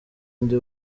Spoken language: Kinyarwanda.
undi